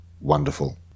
wonderful